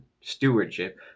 stewardship